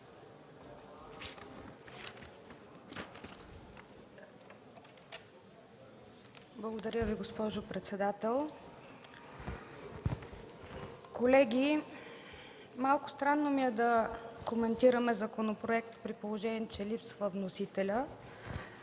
Благодаря Ви, госпожо председател. Колеги, малко странно ми е да коментираме законопроект, при положение че липсва вносителят,